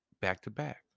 back-to-back